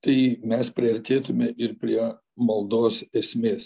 tai mes priartėtume ir prie maldos esmės